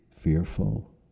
fearful